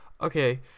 okay